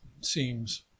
seems